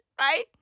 Right